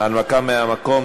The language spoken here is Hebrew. הנמקה מהמקום.